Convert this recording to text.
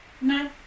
No